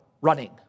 running